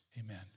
Amen